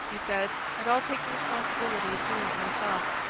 he said and i'll take the responsibility of doing it myself.